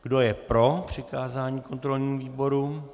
Kdo je pro přikázání kontrolnímu výboru?